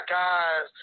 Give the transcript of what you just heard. guys